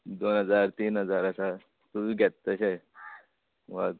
दोन हजार तीन हजार आसा तूं घेता तशे वर